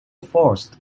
forced